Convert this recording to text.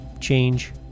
change